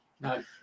No